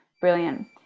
Brilliant